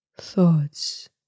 thoughts